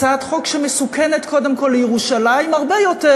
הצעת חוק שמסוכנת קודם כול לירושלים הרבה יותר